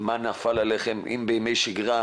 מה נפל עליכם אם בימי שגרה,